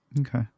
Okay